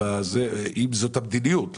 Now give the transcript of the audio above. אם זאת המדיניות.